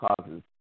causes